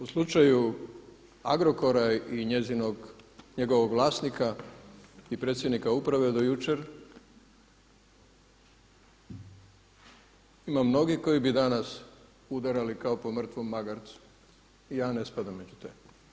U slučaju Agrokora i njegovog vlasnika i predsjednika uprave do jučer, ima mnogih koji bi danas udarali kao po mrtvom magarcu i ja ne spadam među te.